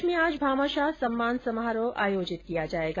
प्रदेश में आज भामाशाह सम्मान समारोह आयोजित किया जायेगा